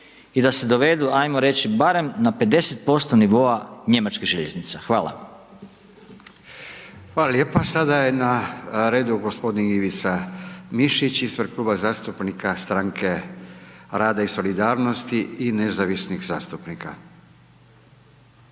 i da se dovedu ajmo reći barem na 50% nivoa njemačkih željeznica. Hvala. **Radin, Furio (Nezavisni)** Hvala lijepa. Sada je na redu g. Ivica Mišić ispred Kluba zastupnika Strane rada i solidarnosti i nezavisnih zastupnika.